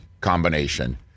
combination